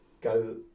go